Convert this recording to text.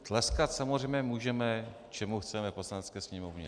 Tleskat samozřejmě můžeme čemu chceme v Poslanecké sněmovně.